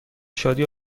شادی